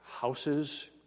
houses